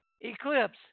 Eclipse